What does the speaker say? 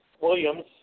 Williams